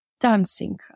Dancing